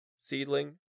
seedling